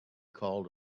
called